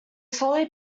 slowly